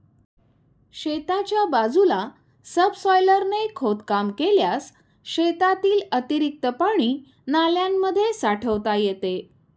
शेताच्या बाजूला सबसॉयलरने खोदकाम केल्यास शेतातील अतिरिक्त पाणी नाल्यांमध्ये साठवता येते